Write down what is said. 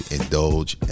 indulge